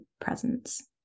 presence